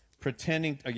pretending